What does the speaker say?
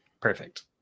Perfect